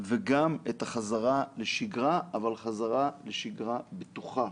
וגם את החזרה לשגרה, אבל חזרה לשגרה בטוחה.